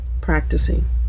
practicing